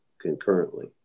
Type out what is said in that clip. concurrently